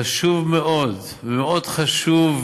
חשוב מאוד, מאוד חשוב,